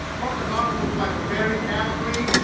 front of the car will look like very angry.